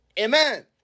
Amen